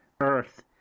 earth